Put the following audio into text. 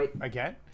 again